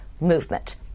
movement